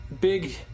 big